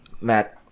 Matt